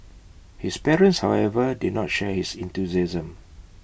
his parents however did not share his enthusiasm